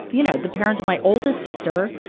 you know, the parents of my oldest sister,